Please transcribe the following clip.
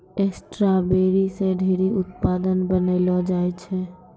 strawberry से ढेरी उत्पाद बनैलो जाय छै